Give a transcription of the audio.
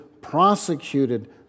prosecuted